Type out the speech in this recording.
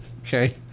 Okay